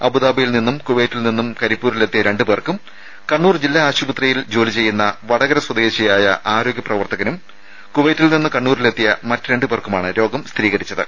അബുദാബിയിൽ നിന്നും കുവൈത്തിൽ നിന്നും കരിപ്പൂരിലെത്തിയ രണ്ടു പേർക്കും കണ്ണൂർ ജില്ലാ ആശുപത്രിയിൽ ജോലി ചെയ്യുന്ന വടകര സ്വദേശിയായ ആരോഗ്യ പ്രവർത്തകനും കുവൈത്തിൽ നിന്നും കണ്ണൂരിലെത്തിയ മറ്റു രണ്ടു പേർക്കുമാണ് രോഗം സ്ഥിരീകരിച്ചത്